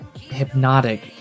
hypnotic